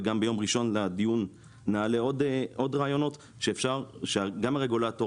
וגם ביום ראשון לדיון נעלה עוד רעיונות שגם הרגולטור